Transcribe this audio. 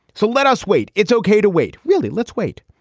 so let us wait. it's ok to wait. really? let's wait.